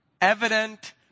evident